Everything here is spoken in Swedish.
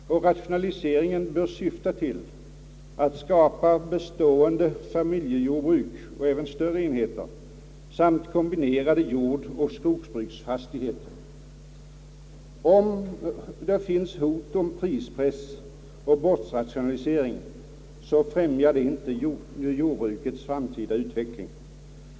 Rationaliseringen bör syfta till att skapa bestående familjejordbruk men även större enheter samt kombinerade jordoch skogsbruksfastigheter. Hot om prispress och bort rationalisering främjar inte jordbrukets framtida utveckling.